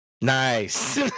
Nice